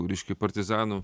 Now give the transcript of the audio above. reiškia partizanų